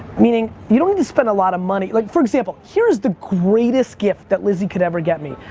meaning, you don't need to spend a lotta money. like for example, here is the greatest gift that lizzie could ever get me.